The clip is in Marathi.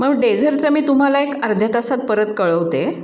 मग डेझरचा मी तुम्हाला एक अर्ध्या तासात परत कळवते